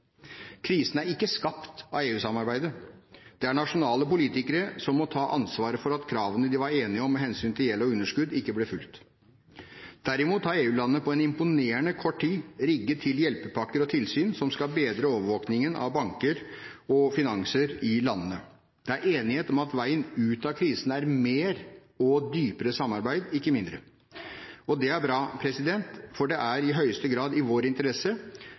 Krisen er ikke skapt av EU-samarbeidet. Det er nasjonale politikere som må ta ansvaret for at kravene de var enige om med hensyn til gjeld og underskudd, ikke ble fulgt. Derimot har EU-landene på imponerende kort tid rigget til hjelpepakker og tilsyn som skal bedre overvåkningen av banker og finanser i landene. Det er enighet om at veien ut av krisen er mer og dypere samarbeid, ikke mindre. Det er bra, for det er i høyeste grad i vår interesse